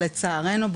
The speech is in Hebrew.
אבל לצערנו,